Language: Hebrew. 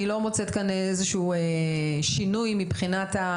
אני לא מוצאת כאן איזה שהוא שינוי מבחינת ה